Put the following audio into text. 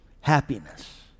happiness